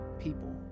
people